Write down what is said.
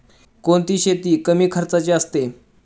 कोणती शेती कमी खर्चाची असते?